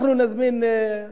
אנחנו נזמין,